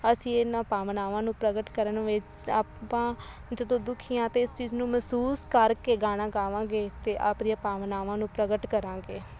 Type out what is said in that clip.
ਅਸੀਂ ਇਹਨਾਂ ਭਾਵਨਾਵਾਂ ਨੂੰ ਪ੍ਰਗਟ ਕਰਨ ਵਿੱਚ ਆਪਾਂ ਜਦੋਂ ਦੁਖੀ ਹਾਂ ਤਾਂ ਇਸ ਚੀਜ਼ ਨੂੰ ਮਹਿਸੂਸ ਕਰਕੇ ਗਾਣਾ ਗਾਵਾਂਗੇ ਅਤੇ ਆਪਣੀਆਂ ਭਾਵਨਾਵਾਂ ਨੂੰ ਪ੍ਰਗਟ ਕਰਾਂਗੇ